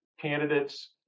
candidates